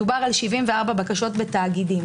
מדובר על 74 בקשות בתאגידים.